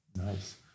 Nice